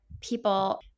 people